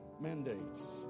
mandates